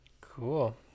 Cool